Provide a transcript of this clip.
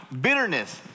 Bitterness